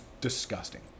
disgusting